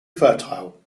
fertile